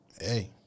Hey